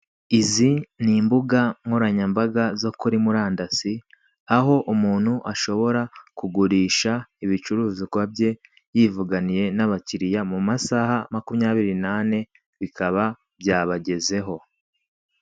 Izi ni imbuga nkoranyambaga zo kuri murandasi, aho umuntu ashobora kugurisha ibicuruzwa bye yivuganiye n'abakiriya, mu masaha makumyabiri n'ane bikaba byabagezeho.